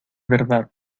verdad